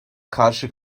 karşı